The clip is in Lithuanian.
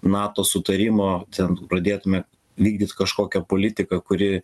nato sutarimo ten pradėtume vykdyt kažkokią politiką kuri